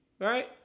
right